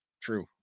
True